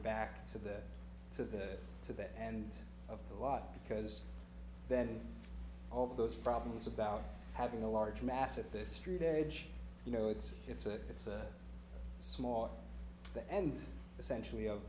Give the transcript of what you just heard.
back to the to the to the end of the lot because then all of those problems about having a large mass at this street age you know it's it's a it's a small the end essentially of